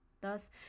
Thus